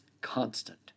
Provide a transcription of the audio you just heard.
constant